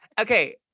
Okay